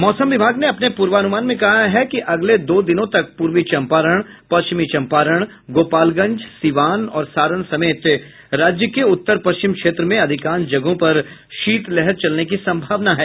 मौसम विभाग ने अपने पूर्वानुमान में कहा है कि अगले दो दिनों तक पूर्वी चंपारण पश्चिमी चंपारण गोपालगंज सिवान और सारण समेत राज्य के उत्तर पश्चिम क्षेत्र में अधिकांश जगहों पर शीतलहर चलने की संभावना है